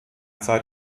zeit